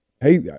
Hey